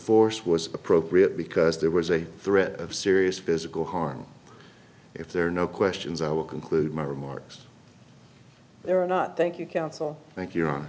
force was appropriate because there was a threat of serious physical harm if there are no questions i will conclude my remarks there are not thank you counsel thank you